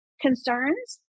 concerns